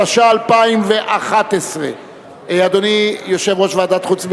התשע"א 2011. אדוני יושב-ראש ועדת החוץ והביטחון,